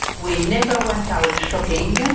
we never went out shopping. yeah